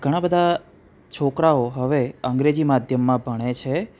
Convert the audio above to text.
ઘણા બધા છોકરાઓ હવે અંગ્રેજી માધ્યમમાં ભણે છે